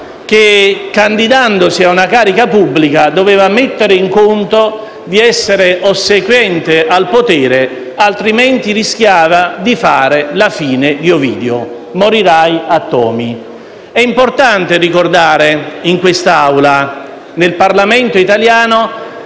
che, candidandosi a una carica pubblica, doveva mettere in conto di essere ossequiente al potere, altrimenti rischiava di fare la fine di Ovidio, «morirai a Tomi». È importante ricordare in quest'Aula, nel Parlamento italiano,